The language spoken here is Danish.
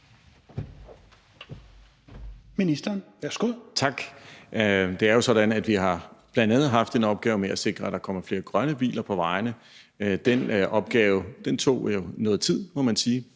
Engelbrecht): Tak. Det er jo sådan, at vi bl.a. har haft en opgave med at sikre, at der kommer flere grønne biler på vejene. Den opgave tog jo noget tid, må man sige.